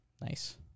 Nice